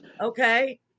Okay